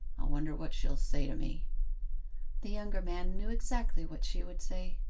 i wonder what she'll say to me the younger man knew exactly what she would say.